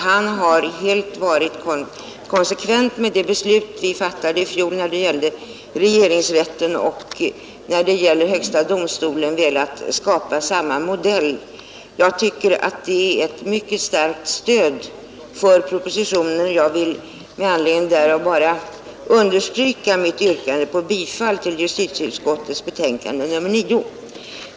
Man har helt konsekvent följt det beslut vi fattade i fjol när det gällde regeringsrätten och har för högsta domstolen velat skapa samma modell. Det är ett mycket starkt stöd för propositionen, och jag vill med anledning därav bara understryka mitt yrkande om bifall till utskottets hemställan i dess betänkande nr 9.